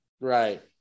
Right